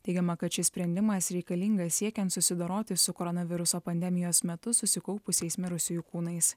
teigiama kad šis sprendimas reikalingas siekiant susidoroti su koronaviruso pandemijos metu susikaupusiais mirusiųjų kūnais